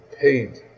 paid